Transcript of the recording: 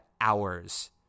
hours